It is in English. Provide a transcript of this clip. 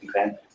Okay